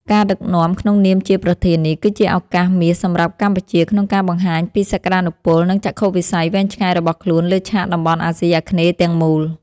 ការដឹកនាំក្នុងនាមជាប្រធាននេះ គឺជាឱកាសមាសសម្រាប់កម្ពុជាក្នុងការបង្ហាញពីសក្តានុពល និងចក្ខុវិស័យវែងឆ្ងាយរបស់ខ្លួនលើឆាកតំបន់អាស៊ីអាគ្នេយ៍ទាំងមូល។